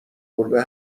گربه